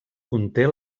conté